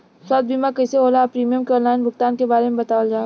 स्वास्थ्य बीमा कइसे होला और प्रीमियम के आनलाइन भुगतान के बारे में बतावल जाव?